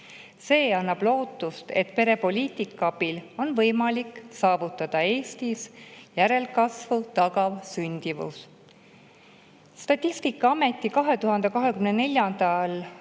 See annab lootust, et perepoliitika abil on võimalik saavutada Eestis järelkasvu tagav sündimus. Statistikaameti 2024.